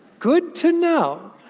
good to know!